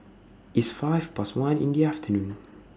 its five Past one in The afternoon